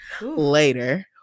later